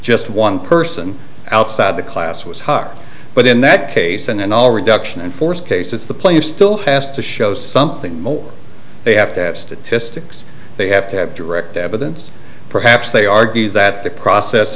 just one person outside the class was hard but in that case and all reduction in force cases the player still has to show something more they have to have statistics they have to have direct evidence perhaps they argue that the process